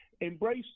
embrace